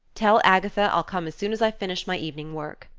tell agatha i'll come as soon as i finish my evening work.